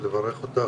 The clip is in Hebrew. ולברך אותך,